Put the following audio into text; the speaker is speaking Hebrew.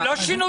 הם לא שינו.